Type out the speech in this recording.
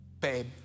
babe